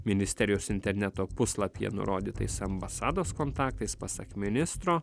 ministerijos interneto puslapyje nurodytais ambasados kontaktais pasak ministro